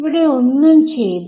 cancel ചെയ്തു